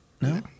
no